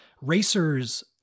Racers